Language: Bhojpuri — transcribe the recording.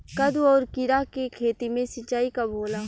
कदु और किरा के खेती में सिंचाई कब होला?